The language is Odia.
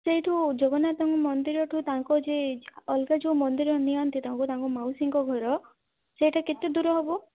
ସେଇଠୁ ଜଗନ୍ନାଥଙ୍କ ମନ୍ଦିରଠୁ ତାଙ୍କର ଯେ ଅଲଗା ଯେଉଁ ମନ୍ଦିର ନିଅନ୍ତି ତାଙ୍କୁ ତାଙ୍କ ମାଉସୀଙ୍କ ଘର ସେଇଟା କେତେ ଦୂର ହବ